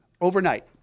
overnight